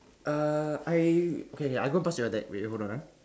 uh I okay okay I go pass you your deck wait hold on ah